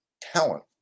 talent